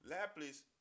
Laplace